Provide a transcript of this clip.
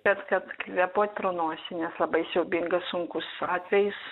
bet kad kvėpuot pro nosį nes labai siaubingas sunkus atvejis